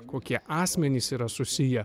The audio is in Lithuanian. kokie asmenys yra susiję